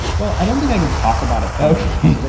well, i don't think i can talk about ah the